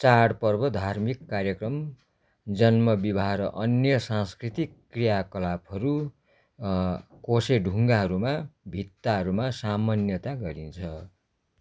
चाडपर्व धार्मिक कार्यक्रम जन्म विवाह र अन्य सांस्कृतिक क्रियाकलापहरू कोसेढुङ्गाहरूमा भित्ताहरूमा सामान्यतया गरिन्छ